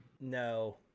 No